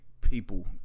people